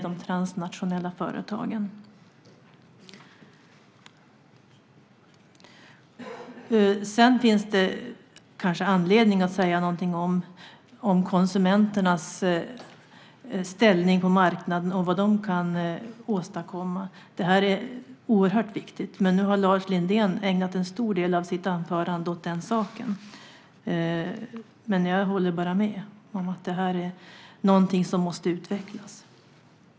Det finns kanske anledning att också säga något om konsumenternas ställning på marknaden och vad de kan åstadkomma. Detta är mycket viktigt, men Lars Lindén har redan ägnat en stor del av sitt anförande åt denna sak. Jag håller med honom. Detta är något som måste utvecklas.